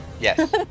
Yes